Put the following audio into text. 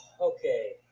okay